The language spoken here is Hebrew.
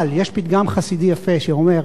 אבל יש פתגם חסידי יפה שאומר: